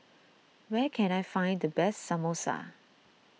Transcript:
where can I find the best Samosa